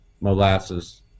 Molasses